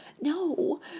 No